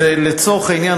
לצורך העניין,